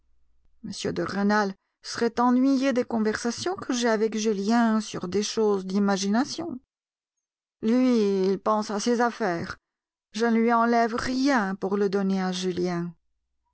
m de rênal serait ennuyé des conversations que j'ai avec julien sur des choses d'imagination lui il pense à ses affaires je ne lui enlève rien pour le donner à julien